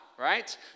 right